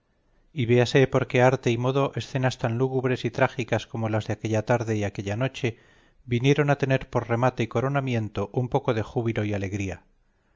y véase por qué arte y modo escenas tan lúgubres y trágicas como las de aquella tarde y aquella noche vinieron a tener por remate y coronamiento un poco de júbilo y alegría